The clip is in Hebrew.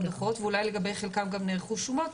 דוחות ואולי לגבי חלקם גם נערכו שומות,